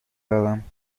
دارم